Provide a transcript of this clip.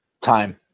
Time